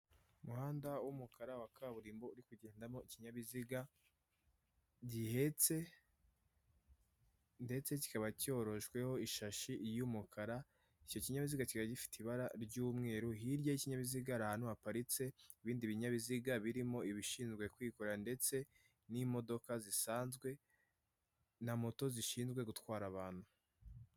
Umuhanda w'umukara wa kaburimbo uri kugendamo ikinyabiziga gihetse ndetse kikaba cyorojweho ishashi y'umukara icyo kinyabiziga kiba gifite ibara ry'umweru. Hirya y'ikinyabiziga ahantu haparitse ibindi binyabiziga birimo ibishinzwe kwikora ndetse n'imodoka zisanzwe na moto zishinzwe gutwara abantu.